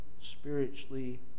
spiritually